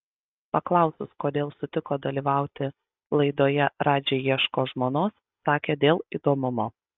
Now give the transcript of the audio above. paklausus kodėl sutiko dalyvauti laidoje radži ieško žmonos sakė kad dėl įdomumo